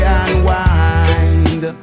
unwind